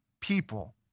people